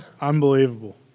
Unbelievable